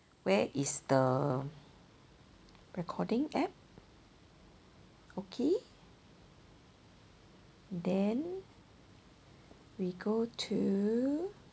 where is the recording app okay then we go to